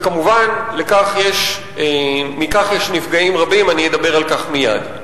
וכמובן, יש נפגעים רבים מכך, אני אדבר על כך מייד.